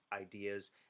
ideas